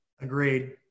Agreed